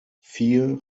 vier